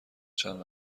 چند